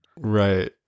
Right